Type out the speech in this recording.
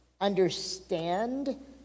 understand